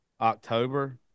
october